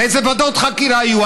ואיזה ועדות חקירה יהיו?